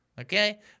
Okay